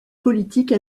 politique